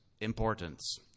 importance